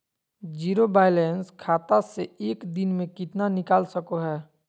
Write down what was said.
Zero balance खाता से एक दिन में कितना निकाल सको है?